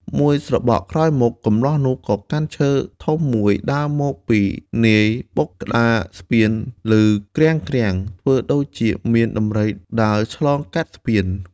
មួយស្របក់ក្រោយមក កម្លោះនោះក៏កាន់ឈើមួយធំ ដើរមកពីនាយបុកក្តារស្ពានឮគ្រាំៗ ធ្វើដូចជាមានដំរីដើរឆ្លងកាត់ស្ពាន។